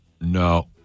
No